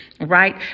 right